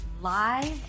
live